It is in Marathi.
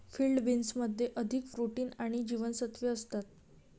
फील्ड बीन्समध्ये अधिक प्रोटीन आणि जीवनसत्त्वे असतात